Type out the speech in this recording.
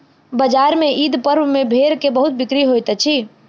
बजार में ईद पर्व में भेड़ के बहुत बिक्री होइत अछि